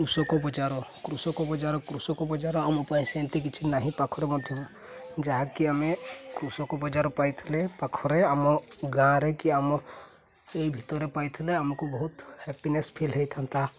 କୃଷକ ବଜାର କୃଷକ ବଜାର କୃଷକ ବଜାର ଆମ ପାଇଁ ସେମିତି କିଛି ନାହିଁ ପାଖରେ ମଧ୍ୟ ଯାହାକି ଆମେ କୃଷକ ବଜାର ପାଇଥିଲେ ପାଖରେ ଆମ ଗାଁରେ କି ଆମ ଏଇ ଭିତରେ ପାଇଥିଲେ ଆମକୁ ବହୁତ ହ୍ୟାପିନେସ୍ ଫିଲ୍ ହେଇଥାନ୍ତା